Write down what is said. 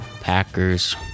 Packers